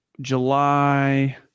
July